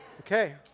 Okay